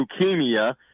leukemia